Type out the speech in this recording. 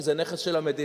כי זה נכס של המדינה.